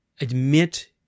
Admit